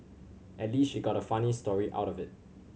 at least she got a funny story out of it